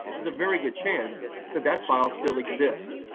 there's a very good chance that that file still exists,